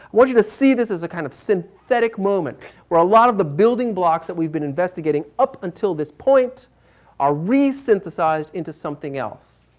want you to see this as a kind of synthetic moment where a lot of the building blocks hat we've been investigating up until this point are re-synthesized into something else.